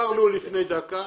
יש לך סיבות להצביע נגד החוק.